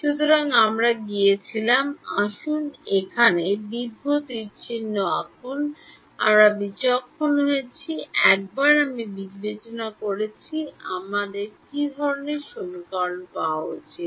সুতরাং আমরা গিয়েছিলাম আসুন এখানে দীর্ঘ তীর আঁকুন আমরা বিভক্ত করেছি একবার আমি বিভক্ত করেছি তবে আমার কী ধরণের সমীকরণ পাওয়া উচিত